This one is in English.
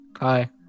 Hi